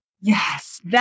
Yes